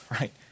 right